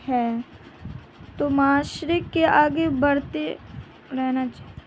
ہے تو معاشرے کے آگے بڑھتے رہنا چائی